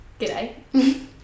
G'day